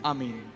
Amen